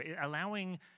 allowing